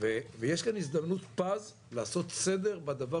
יש כאן הזדמנות פז לעשות סדר בדבר